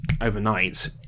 overnight